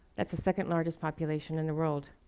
that's the second largest population in the world.